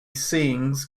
sings